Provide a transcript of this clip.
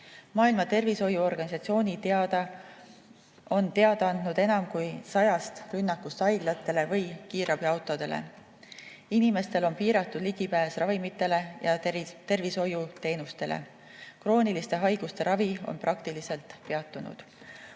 Maailma Terviseorganisatsioon on teada andnud enam kui 100 rünnakust haiglatele ja kiirabiautodele. Inimestel on piiratud ligipääs ravimitele ja tervishoiuteenustele. Krooniliste haiguste ravi on praktiliselt peatunud.